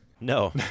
No